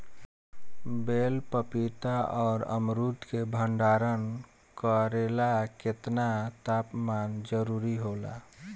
बेल पपीता और अमरुद के भंडारण करेला केतना तापमान जरुरी होला?